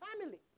family